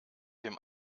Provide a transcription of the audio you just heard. dem